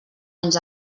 ens